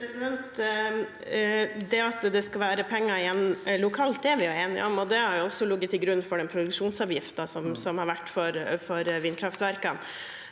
Det at det skal være penger igjen lokalt, er vi jo enige om. Det har også ligget til grunn for den produksjonsavgiften som har vært for vindkraftverkene.